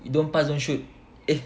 you don't pass don't shoot eh